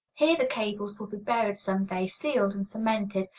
here the cables would be buried some day, sealed and cemented,